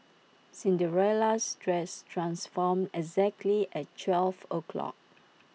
Cinderella's dress transformed exactly at twelve o'clock